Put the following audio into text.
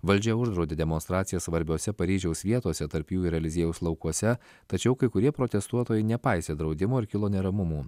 valdžia uždraudė demonstracijas svarbiose paryžiaus vietose tarp jų ir eliziejaus laukuose tačiau kai kurie protestuotojai nepaisė draudimo ir kilo neramumų